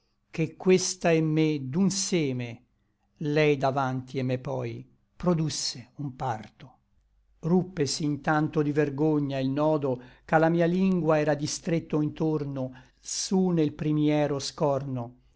ché questa et me d'un seme lei davanti et me poi produsse un parto ruppesi intanto di vergogna il nodo ch'a la mia lingua era distretto intorno su nel primiero scorno